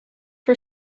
for